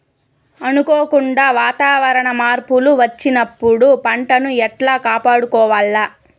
అనుకోకుండా వాతావరణ మార్పులు వచ్చినప్పుడు పంటను ఎట్లా కాపాడుకోవాల్ల?